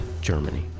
Germany